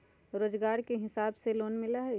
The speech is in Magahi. रोजगार के हिसाब से लोन मिलहई?